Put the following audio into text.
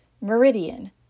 meridian